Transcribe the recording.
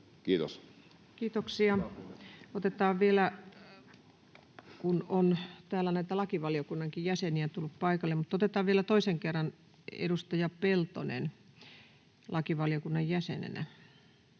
Kiitos. Kiitoksia. — Tänne on muitakin lakivaliokunnan jäseniä tullut paikalle, mutta otetaan vielä toisen kerran edustaja Peltonen lakivaliokunnan jäsenenä.